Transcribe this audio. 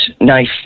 knife